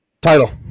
Title